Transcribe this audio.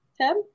Tab